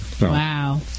wow